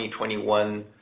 2021